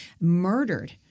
murdered